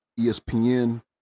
ESPN